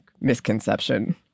misconception